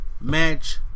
match